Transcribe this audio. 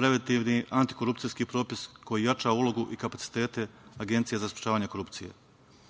preventivni, antikorupcijski propis koji jača ulogu i kapacitete Agencije za sprečavanje korupcije. Osnovni